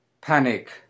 panic